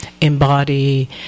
embody